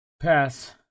Pass